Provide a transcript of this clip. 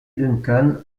duncan